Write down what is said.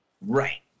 Right